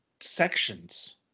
sections